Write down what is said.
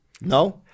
No